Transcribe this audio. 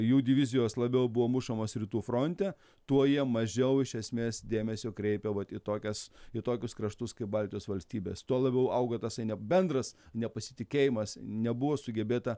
jų divizijos labiau buvo mušamos rytų fronte tuo jie mažiau iš esmės dėmesio kreipė vat į tokias į tokius kraštus kaip baltijos valstybės tuo labiau auga tasai ne bendras nepasitikėjimas nebuvo sugebėta